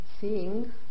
seeing